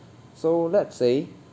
so let's say